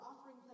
offering